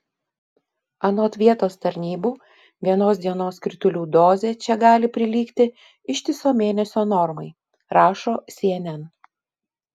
anot vietos tarnybų vienos dienos kritulių dozė čia gali prilygti ištiso mėnesio normai rašo cnn